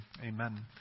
Amen